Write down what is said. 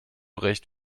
recht